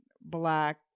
black